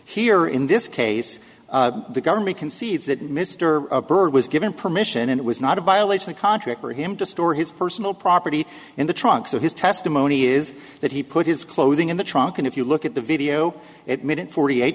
here in this case the government concedes that mr bird was given permission and it was not a violation of contract for him to store his personal property in the trunks of his testimony is that he put his clothing in the trunk and if you look at the video it minute forty eight